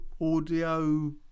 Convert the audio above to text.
audio